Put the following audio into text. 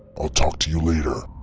i'll talk to you later.